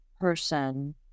person